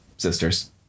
sisters